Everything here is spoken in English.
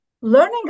learning